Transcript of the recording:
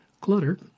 Clutter